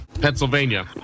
Pennsylvania